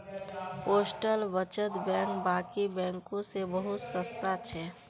postal बचत bank बाकी बैंकों से बहुत सस्ता छे